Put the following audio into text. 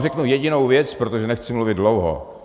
Řeknu vám jedinou věc, protože nechci mluvit dlouho.